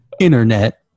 Internet